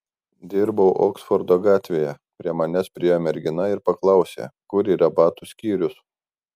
dirbau oksfordo gatvėje prie manęs priėjo mergina ir paklausė kur yra batų skyrius